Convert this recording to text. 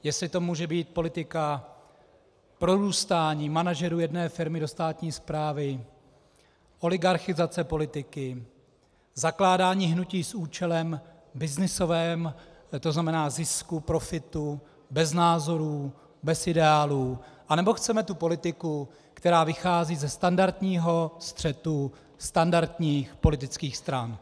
Jestli to může být politika prorůstání manažerů jedné firmy do státní správy, oligarchizace politiky, zakládání hnutí s účelem byznysovým, to znamená zisku, profitu, bez názorů, bez ideálů, anebo chceme tu politiku, která vychází ze standardního střetu standardních politických stran.